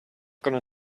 gonna